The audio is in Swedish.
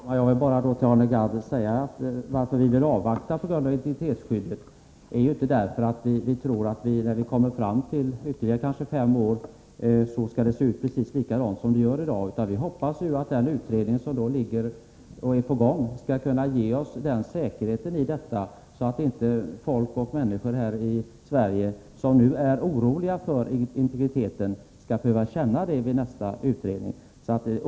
Herr talman! Jag vill bara säga till Arne Gadd att anledningen till att vi vill avvakta på grund av integritetsskyddet inte är att vi tror att det i de ytterligare kanske fem år skall se ut precis likadant som det gör i dag. Vi hoppas att den utredning som är på gång skall kunna ge oss sådan säkerhet i detta att inte människor här i Sverige, som nu är oroliga för integriteten, skall behöva känna den oron inför nästa utredning.